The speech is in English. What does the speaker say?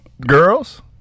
Girls